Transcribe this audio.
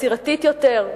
יצירתית יותר,